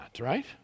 right